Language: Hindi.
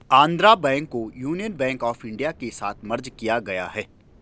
आन्ध्रा बैंक को यूनियन बैंक आफ इन्डिया के साथ मर्ज किया गया है